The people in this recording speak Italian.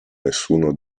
nessuno